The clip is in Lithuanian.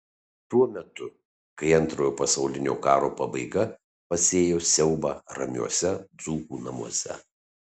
tuo metu kai antrojo pasaulinio karo pabaiga pasėjo siaubą ramiuose dzūkų namuose